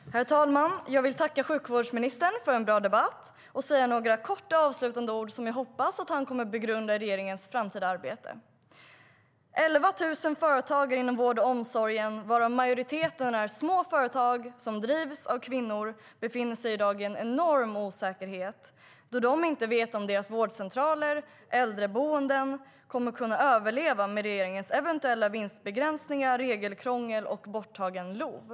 Herr talman! Jag vill tacka sjukvårdsministern för en bra debatt och säga några avslutande ord som jag hoppas att han kommer att begrunda i regeringens framtida arbete. Cirka 11 000 företagare inom vården och omsorgen, varav majoriteten är små företag som drivs av kvinnor, befinner sig i dag i en enorm osäkerhet då de inte vet om deras vårdcentraler och äldreboenden kommer att kunna överleva med regeringens eventuella vinstbegränsningar, regelkrångel och borttagen LOV.